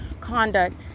conduct